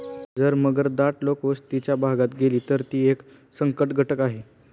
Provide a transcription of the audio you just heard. जर मगर दाट लोकवस्तीच्या भागात गेली, तर ती एक संकटघटक आहे